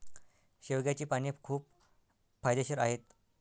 शेवग्याची पाने खूप फायदेशीर आहेत